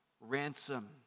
ransom